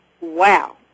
Wow